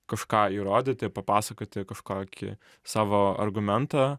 kažką įrodyti papasakoti kažkokį savo argumentą